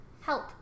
Help